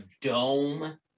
dome